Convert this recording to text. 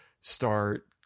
start